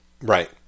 right